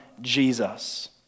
Jesus